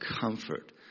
comfort